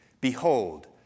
Behold